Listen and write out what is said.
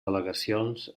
al·legacions